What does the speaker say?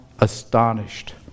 astonished